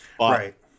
Right